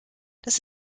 das